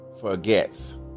forgets